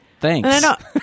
Thanks